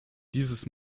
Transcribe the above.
dieses